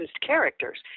characters